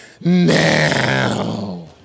now